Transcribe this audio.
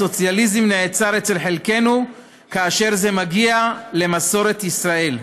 הסוציאליזם נעצר אצל חלקנו כאשר זה מגיע למסורת ישראל.